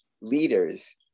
leaders